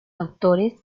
autores